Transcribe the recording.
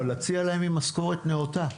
אבל להציע להם משכורת נאותה.